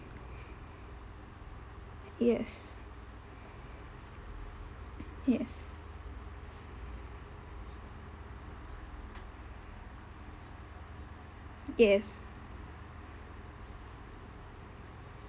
yes yes yes